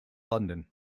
london